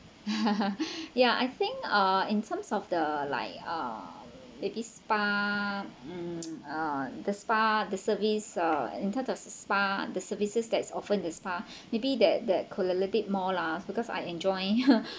yeah I think uh in terms of the like uh maybe spa mm uh the spa the service uh in terms of spa the services that's often in spa maybe that that collected bit more lah because I enjoy